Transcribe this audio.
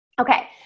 Okay